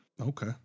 Okay